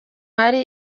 hari